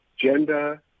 gender